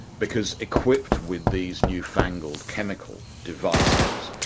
because equipped with these newfangled chemical devices,